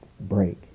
break